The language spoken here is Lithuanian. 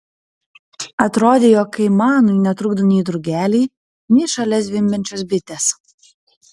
atrodė jog kaimanui netrukdo nei drugeliai nei šalia zvimbiančios bitės